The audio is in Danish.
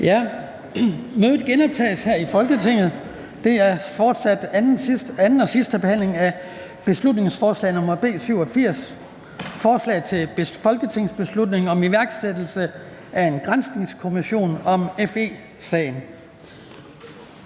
punkt på dagsordenen er: 17) 2. (sidste) behandling af beslutningsforslag nr. B 87: Forslag til folketingsbeslutning om iværksættelse af en granskningskommission om FE-sagen.